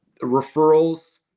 referrals